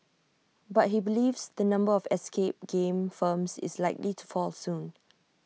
but he believes the number of escape game firms is likely to fall soon